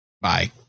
Bye